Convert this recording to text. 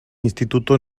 instituto